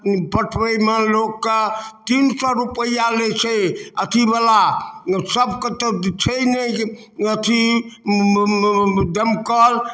पटबइमे लोकके तीन सौ रुपैया लइ छै अथीबला सबके तऽ छै नै जे अथी दमकल